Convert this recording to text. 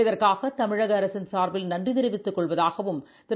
இதற்காகதமிழகஅரசின் சார்பில் நன்றிதெரிவித்துக் கொள்வதாகவும் திரு